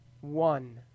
one